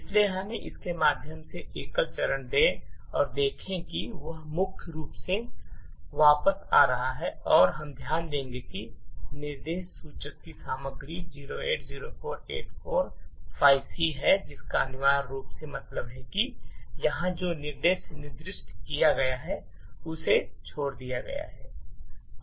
इसलिए हमें इसके माध्यम से एकल चरण दें और देखें कि यह मुख्य रूप से वापस आ गया है और हम ध्यान देंगे कि निर्देश सूचक की सामग्री 0804845C है जिसका अनिवार्य रूप से मतलब है कि यहां जो निर्देश निर्दिष्ट किया गया है उसे छोड़ दिया गया है